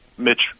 Mitch